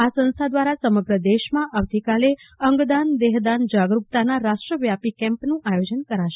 આ સંસ્થા દ્રારા સમગ્ર દેશમાં આવતીકાલે અંગદાન દેહદાન જાગરૂકતાના રાષ્ટ્રવ્યાપી કેમ્પનું આયોજન કરાશે